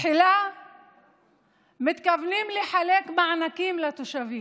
תחילה מתכוונים לחלק מענקים לתושבים,